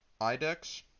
IDEX